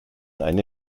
eine